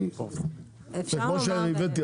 אני --- זה כמו שאני הבאתי,